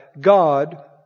God